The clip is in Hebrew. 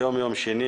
היום יום שני,